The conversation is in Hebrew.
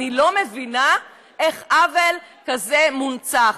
ואני לא מבינה איך עוול כזה מונצח.